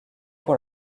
pour